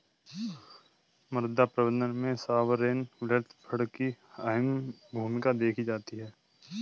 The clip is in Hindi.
मुद्रा प्रबन्धन में सॉवरेन वेल्थ फंड की अहम भूमिका देखी जाती है